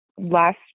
last